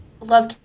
Love